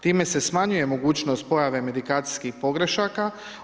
Time se smanjuje mogućnost pojave medikacijskih pogrešaka.